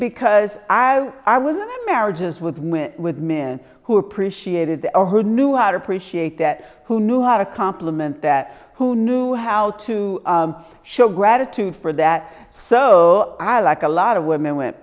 because i was i wasn't marriages with went with men who appreciated her new hat appreciate that who knew how to complement that who knew how to show gratitude for that so i like a lot of women went